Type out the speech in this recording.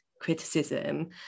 criticism